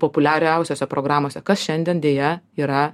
populiariausiose programose kas šiandien deja yra